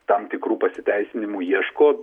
tam tikrų pasiteisinimų ieško